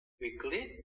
weekly